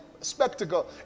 spectacle